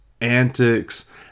antics